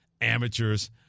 amateurs